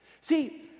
See